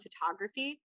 Photography